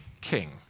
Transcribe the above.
king